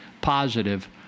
positive